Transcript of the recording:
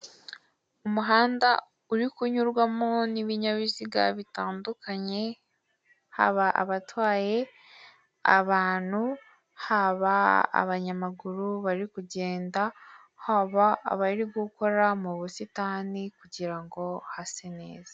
Umuhanda uri kunyurwamo nibinyabiziga bitandukanye haba abatwaye abantu haba abanyamaguru bari kugenda haba abari gukora mubusitani kugirango hase neza.